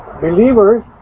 Believers